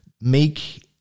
make